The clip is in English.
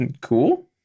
cool